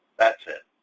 that's it.